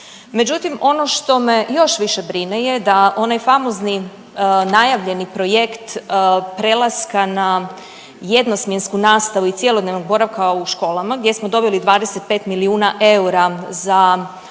Međutim ono što me još više brine je da onaj famozni najavljeni projekt prelaska na jednosmjensku nastavu i cjelodnevnog boravka u školama gdje smo dobili 25 milijuna eura za od